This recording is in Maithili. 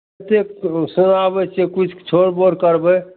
एतेक सुनाबै छियै किछु छोड़ मोड़ करबै